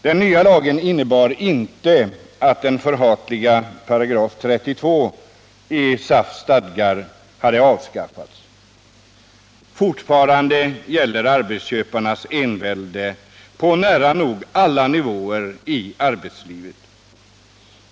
Den nya lagen innebar inte att den förhatliga § 32 i SAF:s stadgar hade avskaffats. Fortfarande gäller arbetsköparnas envälde på nära nog alla nivåer i arbetslivet.